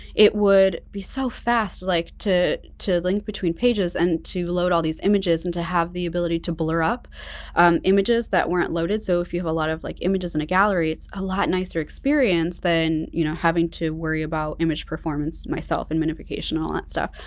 it would be so fast like to to link between pages and to load all these images and to have the ability to blur up images that weren't loaded. so, if you have a lot of like images in a gallery, it's a lot nicer experience than you know having to worry about image performance myself and minification all that stuff.